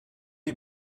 you